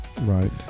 Right